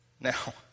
Now